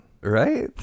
Right